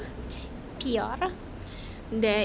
pier